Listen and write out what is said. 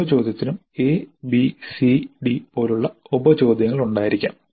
ഓരോ ചോദ്യത്തിനും a b c d പോലുള്ള ഉപ ചോദ്യങ്ങൾ ഉണ്ടായിരിക്കാം